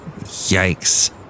Yikes